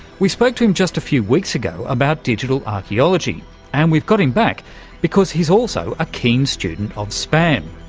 we spoke to him just a few weeks ago about digital archaeology and we've got him back because he's also a keen student of spam.